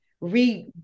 re